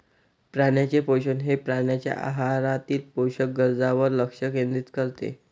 प्राण्यांचे पोषण हे प्राण्यांच्या आहारातील पोषक गरजांवर लक्ष केंद्रित करते